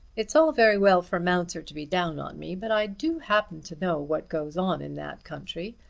it's all very well for mounser to be down on me, but i do happen to know what goes on in that country.